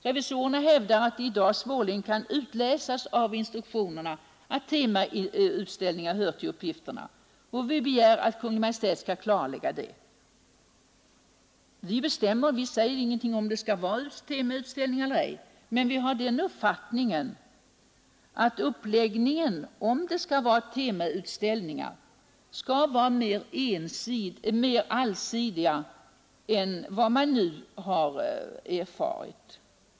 Revisorerna hävdar att det i dag svårligen kan utläsas ur instruktionerna att temautställningar ingår i uppgifterna. Vi begär att Kungl. Maj:t skall klarlägga detta. Vi säger ingenting om huruvida det bör förekomma temautställningar eller ej, men vi har den uppfattningen att uppläggningen — om det skall förekomma temautställningar — måste vara mera allsidig än vad som nu är fallet enligt vad vi har erfarit.